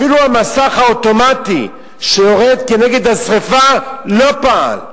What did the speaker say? אפילו המסך האוטומטי שיורד כנגד השרפה לא פעל.